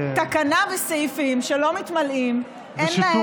תקנה וסעיפים לא מתמלאים, אין להם, זה שיתוק.